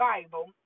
Bible